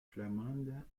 flamande